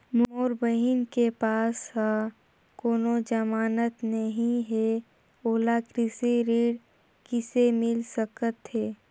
मोर बहिन के पास ह कोनो जमानत नहीं हे, ओला कृषि ऋण किसे मिल सकत हे?